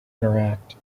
interact